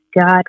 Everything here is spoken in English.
God